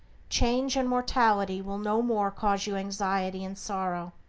change and mortality will no more cause you anxiety and sorrow,